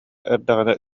эрдэҕинэ